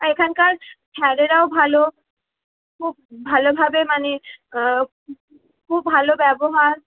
এখানকার স্যারেরাও ভালো খুব ভালোভাবে মানে খুব ভালো ব্যবহার